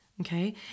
Okay